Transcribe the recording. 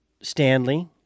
Stanley